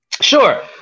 Sure